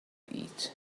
heat